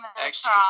extra